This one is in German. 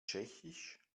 tschechisch